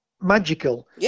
magical